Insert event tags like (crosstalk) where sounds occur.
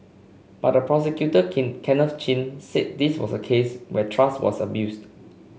but the prosecutor (unintelligible) Kenneth Chin said this was a case where trust was abused